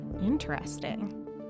Interesting